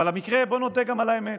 אבל המקרה, בוא נודה גם על האמת,